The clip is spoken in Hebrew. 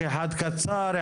קצר,